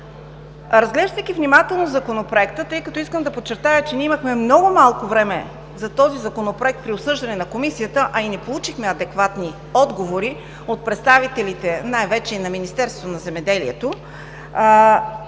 Разглеждайки внимателно Законопроекта, тъй като искам да подчертая, че ние имахме много малко време за този Законопроект при обсъждане на Комисията, а и не получихме адекватни отговори от представителите най-вече на Министерството на земеделието,